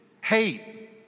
hate